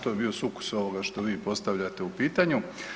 To je bio sukus ovoga što vi postavljate u pitanju.